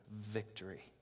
victory